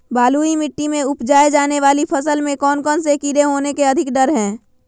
बलुई मिट्टी में उपजाय जाने वाली फसल में कौन कौन से कीड़े होने के अधिक डर हैं?